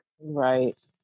Right